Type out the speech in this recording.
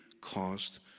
cost